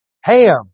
Ham